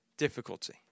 difficulty